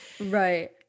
right